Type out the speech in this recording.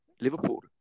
Liverpool